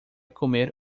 comer